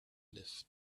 lived